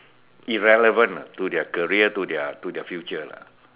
irrelevant ah to their career to their to their future lah